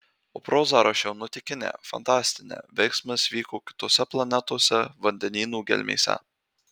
o prozą rašiau nuotykinę fantastinę veiksmas vyko kitose planetose vandenynų gelmėse